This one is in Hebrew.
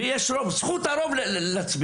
ויש את זכות הרוב בהצבעה,